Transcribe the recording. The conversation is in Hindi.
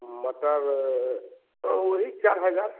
मटर वही चार हज़ार